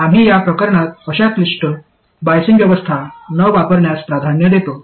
आम्ही या प्रकरणात अशा क्लिष्ट बायसिंग व्यवस्था न वापरण्यास प्राधान्य देतो